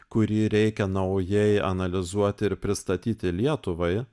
kurį reikia naujai analizuoti ir pristatyti lietuvai